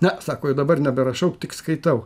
ne sako jau dabar neberašau tik skaitau